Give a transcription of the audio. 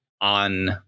on